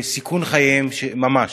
בסיכון חייהם ממש,